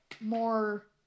more